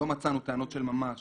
לא מצאנו טענות של ממש